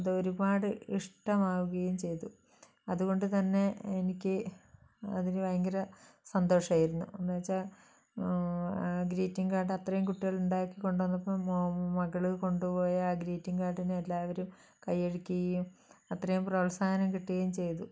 അത് ഒരുപാട് ഇഷ്ടമാവുകയും ചെയ്തു അതുകൊണ്ട് തന്നെ എനിക്ക് അതിൽ ഭയങ്കര സന്തോഷമായിരുന്നു എന്നു വച്ചാൽ ആ ഗ്രീറ്റിംഗ് കാർഡ് അത്രയും കുട്ടികൾ ഉണ്ടാക്കിക്കൊണ്ട് വന്നപ്പം മകൾ കൊണ്ടുപോയ ആ ഗ്രീറ്റിംഗ് കാർഡിനെ എല്ലാവരും കയ്യടിക്കുകയും അത്രയും പ്രോത്സാഹനം കിട്ടുകയും ചെയ്തു